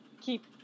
keep